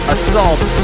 Assault